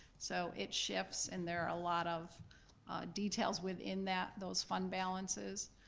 so it shifts, and there are a lot of details within that, those fund balances.